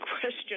question